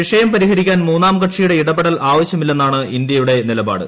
വിഷയം പരിഹരിക്കാൻ മൂന്നാം കക്ഷിയുടെ ഇടപെടൽ ആവശ്യമില്ലെന്നാണ് ഇന്ത്യയുടെ നിലപാട്